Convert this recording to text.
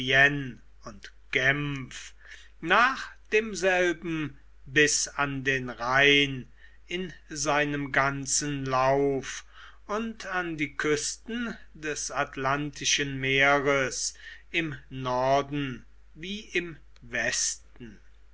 und genf nach demselben bis an den rhein in seinem ganzen lauf und an die küsten des atlantischen meeres im norden wie im westen